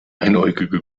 einäugige